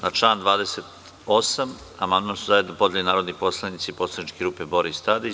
Na član 28. amandman su zajedno podneli narodni poslanici poslaničke grupe Boris Tadić.